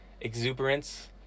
exuberance